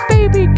Baby